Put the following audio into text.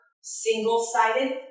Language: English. single-sided